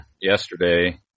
yesterday